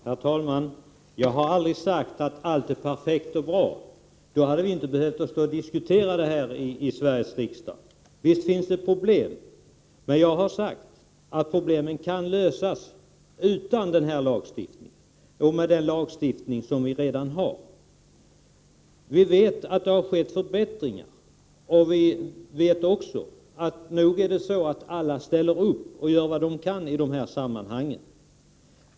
Herr talman! Jag har aldrig sagt att allt är perfekt och bra — då hade vi inte behövt diskutera det här i Sveriges riksdag. Visst finns det problem. Men jag har sagt att problemen kan lösas med den lagstiftning som vi redan har. Vi vet att det har skett förbättringar. Och nog är det så att alla ställer upp och gör vad de kan i de här sammanhangen.